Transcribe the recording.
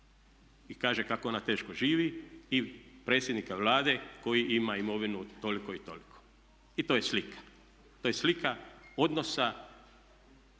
i kaže kako ona teško živi i predsjednika Vlade koji ima imovinu toliko i toliko. I to je slika, to je slika odnosa